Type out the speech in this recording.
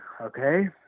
okay